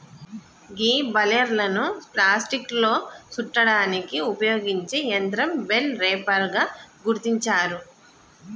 గీ బలేర్లను ప్లాస్టిక్లో సుట్టడానికి ఉపయోగించే యంత్రం బెల్ రేపర్ గా గుర్తించారు